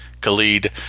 Khalid